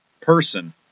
person